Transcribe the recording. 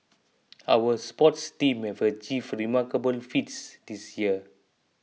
our sports teams have achieved remarkable feats this year